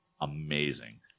amazing